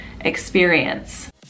experience